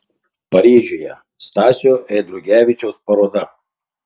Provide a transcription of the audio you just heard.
paryžiuje stasio eidrigevičiaus paroda